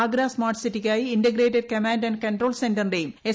Agra smart സിറ്റിയ്ക്കായി integrated command and control സെന്ററിന്റെയും S